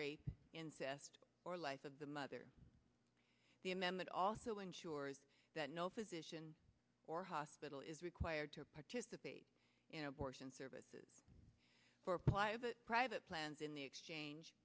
rape incest or life of the mother the amendment also ensures that no physician or hospital is required to participate in abortion services or apply but private plans in the exchange